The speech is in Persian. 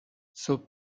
صبح